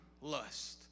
lust